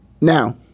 Now